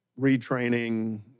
retraining